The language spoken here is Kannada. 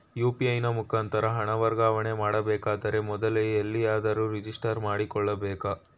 ಯು.ಪಿ.ಐ ನ ಮುಖಾಂತರ ಹಣ ವರ್ಗಾವಣೆ ಮಾಡಬೇಕಾದರೆ ಮೊದಲೇ ಎಲ್ಲಿಯಾದರೂ ರಿಜಿಸ್ಟರ್ ಮಾಡಿಕೊಳ್ಳಬೇಕಾ?